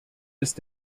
ist